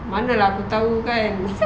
mana lah aku tahu kan